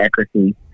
accuracy